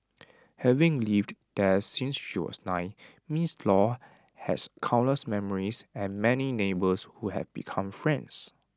having lived there since she was nine miss law has countless memories and many neighbours who have become friends